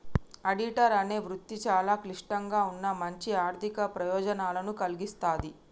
auditor అనే వృత్తి చాలా క్లిష్టంగా ఉన్నా మంచి ఆర్ధిక ప్రయోజనాలను కల్గిస్తాది